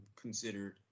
considered